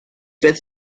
fit